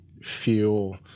feel